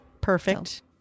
Perfect